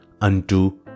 unto